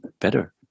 better